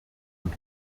und